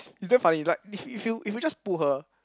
it's damn funny like if if you if you just pull her